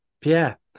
Pierre